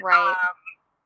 Right